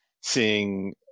seeing